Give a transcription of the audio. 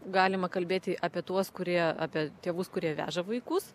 galima kalbėti apie tuos kurie apie tėvus kurie veža vaikus